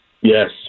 Yes